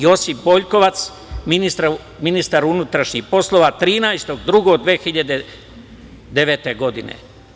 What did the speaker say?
Josip Boljkovac, ministar unutrašnjih poslova, 13.02.2009. godine.